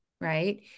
Right